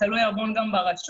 זה תלוי הרבה גם ברשות.